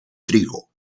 trigo